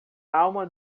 alma